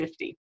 50